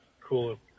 cool